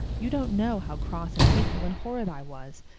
you don't know how cross and hateful and horrid i was.